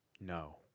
No